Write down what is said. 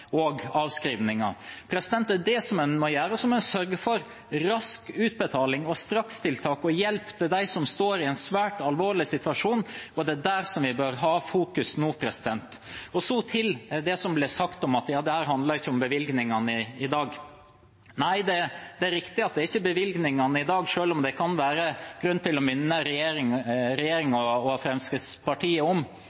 og avskrivninger. Det er det en må gjøre. Så må en sørge for rask utbetaling, strakstiltak og hjelp til dem som står i en svært alvorlig situasjon, og det er der vi bør fokusere nå. Så til det som ble sagt om at dette ikke handler om bevilgningene i dag: Det er riktig at det ikke er bevilgningene i dag, selv om det kan være grunn til å minne